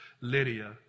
Lydia